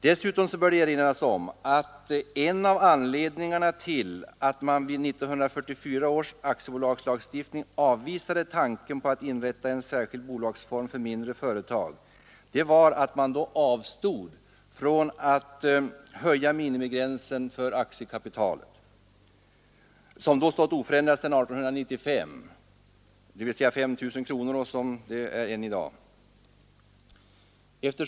Dessutom bör det erinras om att en av anledningarna till att man i samband med 1944 års aktiebolagslagstiftning avvisade tanken på att inrätta en särskild bolagsform för de mindre företagen var att man då avstod från att höja minimigränsen för aktiekapital, som då stått oförändrad sedan 1895, 5 000 kronor, densamma som gäller ännu i dag.